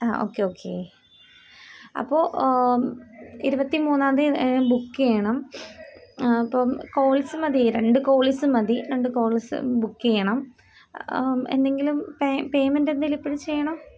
okay okay അപ്പോൾ ഇരുപത്തി മൂന്നാം തീയ്യതി ബുക്ക് ചെയ്യണം അപ്പം കോളിസ് മതി രണ്ട് കോളിസ് മതി രണ്ട് കോളിസ് ബുക്ക് ചെയ്യണം എന്തെങ്കിലും പേ പേയ്മെൻറ്റെന്തേലും ഇപ്പഴ് ചെയ്യാണോ